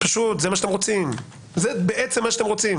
זה בעצם מה שאתם רוצים.